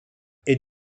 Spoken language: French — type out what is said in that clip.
est